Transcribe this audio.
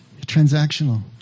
transactional